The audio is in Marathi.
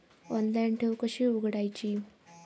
ऑनलाइन ठेव कशी उघडायची?